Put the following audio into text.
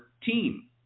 team